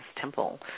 temple